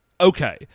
Okay